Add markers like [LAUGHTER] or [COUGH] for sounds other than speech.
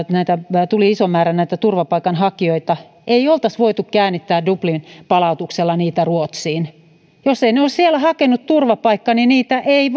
tuli iso määrä turvapaikanhakijoita ei oltaisi voitu käännyttää dublin palautuksella niitä ruotsiin jos ne eivät ole siellä hakeneet turvapaikkaa niin niitä ei [UNINTELLIGIBLE]